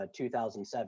2007